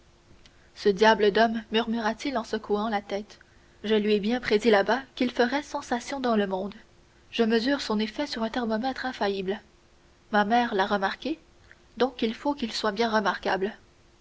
ce diable d'homme murmura-t-il en secouant la tête je lui ai bien prédit là-bas qu'il ferait sensation dans le monde je mesure son effet sur un thermomètre infaillible ma mère l'a remarqué donc il faut qu'il soit bien remarquable